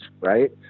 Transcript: right